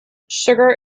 sugar